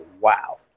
wow